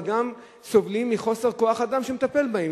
אבל גם סובלים מחוסר כוח-אדם שמטפל בהם.